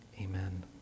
amen